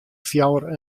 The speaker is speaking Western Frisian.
fjouwer